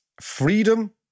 freedom